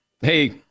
hey